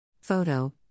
Photo